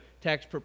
tax